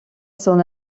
son